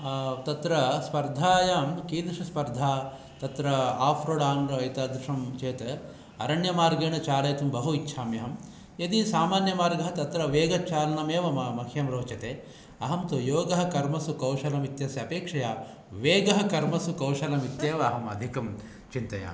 तत्र स्पर्धायां कीदृशस्पर्धा तत्र आफ् रोड् आन् एतादृशं यत् अरण्यमार्गेण चालयितुं बहु इच्छाम्यहं यदि सामान्य मार्गः तत्र वेगचालनमेव मह्यं रोचते अहं तु योगःकर्मसु कौशलम् इत्यस्य अपेक्षया वेगः कर्मसु कौशलम् इत्येव अहम् अधिकं चिन्तयामि